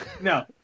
No